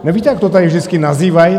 Nevíte, jak to tady vždycky nazývají?